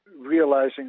realizing